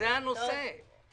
זה הנושא.